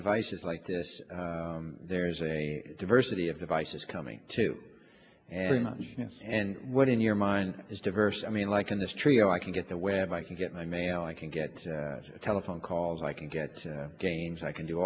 devices like this there's a diversity of devices coming to an image and what in your mind is diverse i mean like in this trio i can get the web i can get my mail i can get the telephone calls i can get games i can do